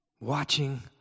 watching